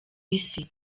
isi